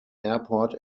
airport